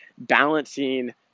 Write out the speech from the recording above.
balancing